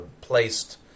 placed